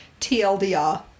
TLDR